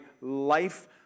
life